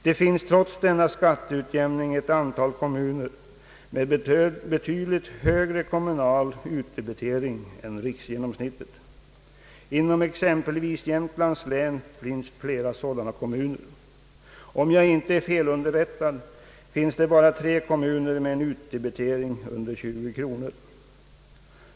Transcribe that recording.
Det finns trots denna skatteutjämning ett antal kommuner med betydligt högre kommunal utdebitering än riksgenomsnittet. Inom exempelvis Jämtlands län finns flera sådana kommuner — om jag inte är felunderrättad har bara tre kommuner en utdebitering under 20 kronor.